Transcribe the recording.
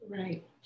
right